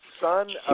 Son